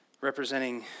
representing